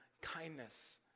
kindness